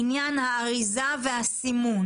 מנהלת הוועדה תוציא מייל מסודר.